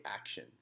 action